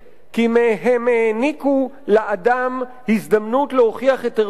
כי הם העניקו לאדם הזדמנות להוכיח את ערכו,